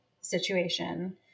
situation